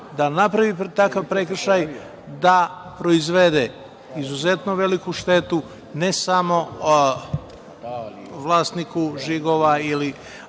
da napravi takav prekršaj, da proizvede izuzetno veliku štetu ne samo vlasniku žigova ili